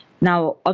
Now